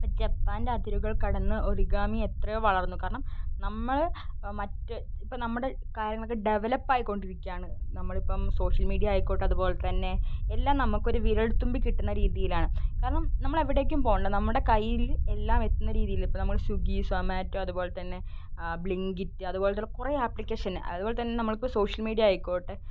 ഇപ്പം ജെപ്പാൻ്റെ അതിരുകൾ കടന്ന് ഒറിഗാമി എത്രയോ വളർന്നു കാരണം നമ്മൾ മറ്റ് ഇപ്പം നമ്മുടെ കാര്യങ്ങൾ ഒക്കെ ഡെവലപ്പായിക്കൊണ്ടിരിക്കുകയാണ് നമ്മൾ ഇപ്പം സോഷ്യൽ മീഡിയ ആയിക്കോട്ടെ അതുപോലെ തന്നെ എല്ലാം നമുക്ക് ഒരു വിരൽത്തുമ്പിൽ കിട്ടുന്ന രീതീലാണ് കാരണം നമ്മൾ എവിടേക്കും പോകണ്ട നമ്മുടെ കയ്യിൽ എല്ലാം എത്തുന്ന രീതിയിൽ ഇപ്പം നമ്മൾ സ്വിഗ്ഗി സൊമാറ്റോ അതുപോലെ തന്നെ ബ്ലിങ്കിറ്റ് അതുപോലെത്തെ ഉള്ള കുറെ ആപ്ലിക്കേഷന് അതുപോലെ തന്നെ നമ്മൾക്ക് സോഷ്യൽ മീഡിയ ആയിക്കോട്ടെ